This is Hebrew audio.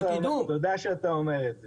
תודה שאתה אומר את זה.